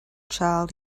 child